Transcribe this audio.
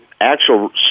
actual